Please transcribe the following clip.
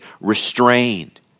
restrained